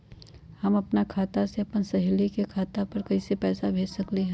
हम अपना खाता से अपन सहेली के खाता पर कइसे पैसा भेज सकली ह?